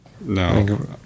no